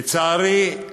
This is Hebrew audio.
לצערי,